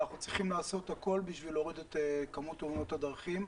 ואנחנו צריכים לעשות הכול בשביל להוריד את כמות תאונות הדרכים.